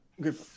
Good